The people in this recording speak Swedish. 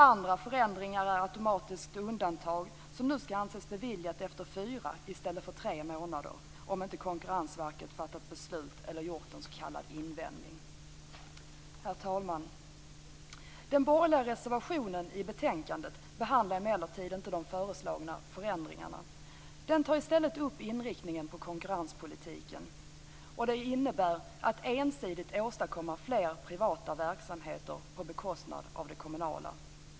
Andra förändringar är att automatiskt undantag nu skall anses beviljat efter fyra i stället för efter tre månader, om inte Konkurrensverket fattat beslut eller gjort s.k. invändning. Herr talman! Den borgerliga reservationen till betänkandet behandlar emellertid inte de föreslagna förändringarna. Den tar i stället upp inriktningen på konkurrenspolitiken. Man vill ensidigt åstadkomma fler privata verksamheter på bekostnad av kommunala.